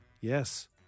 Yes